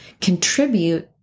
contribute